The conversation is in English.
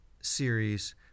series